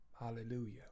Hallelujah